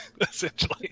essentially